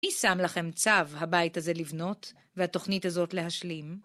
מי שם לכם צו, הבית הזה לבנות והתוכנית הזאת להשלים.